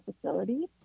facility